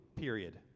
period